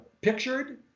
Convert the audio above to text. pictured